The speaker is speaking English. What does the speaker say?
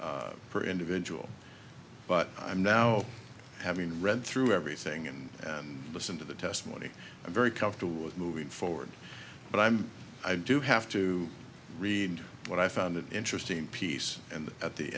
per for individual but i'm now having read through everything and and listen to the testimony i'm very comfortable with moving forward but i'm i do have to read what i found an interesting piece and at the